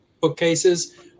bookcases